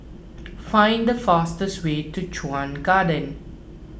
find the fastest way to Chuan Garden